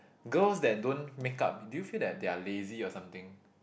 girls that don't make-up do you feel that they are lazy or something